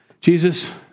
Jesus